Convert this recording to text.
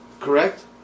Correct